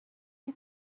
you